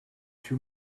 too